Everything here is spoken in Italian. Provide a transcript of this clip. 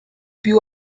più